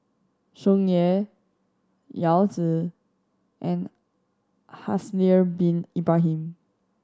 Tsung Yeh Yao Zi and Haslir Bin Ibrahim